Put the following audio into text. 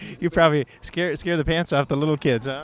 you probably scare scare the pants off the little kids, huh?